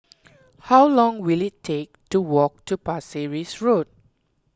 how long will it take to walk to Pasir Ris Road